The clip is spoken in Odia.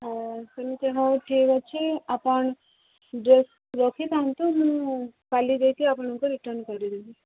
ହଁ ସେମିତି ହଉ ଠିକ୍ ଅଛି ଆପଣ ଡେଟ୍ ରଖିଥାନ୍ତୁ ମୁଁ କାଲି ଯାଇକି ଆପଣଙ୍କୁ ରିଟର୍ଣ୍ଣ କରିଦେବି